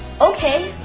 Okay